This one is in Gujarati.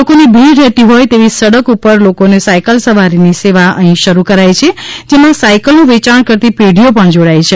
લોકોની ભીડ રહેતી હોય તેવી સડક ઉપર લોકોને સાઇકલ સવારીની સેવા અહી શરૂ કરાઇ છે જેમાં સાઈકલનું વેચાણ કરતી પેઢીઓ પણ જોડાઈ છે